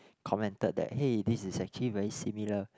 commented that hey this is actually very similar